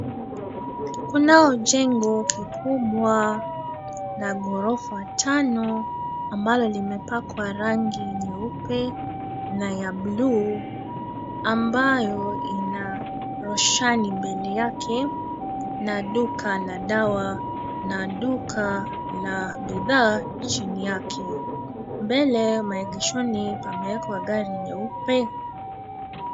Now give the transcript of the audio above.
Kunao jengo kikubwa la ghorofa tano ambalo limepakwa rangi nyeupe na ya buluu ambayo ina roshani mbele yake na duka la dawa na duka la bidhaa chini yake. Mbele maegeshoni pamewekwa gari nyeupe.